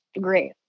great